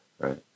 right